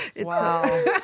Wow